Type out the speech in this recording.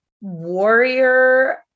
warrior